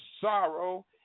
sorrow